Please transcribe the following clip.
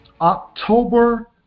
October